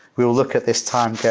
we will look at this time going,